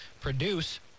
produce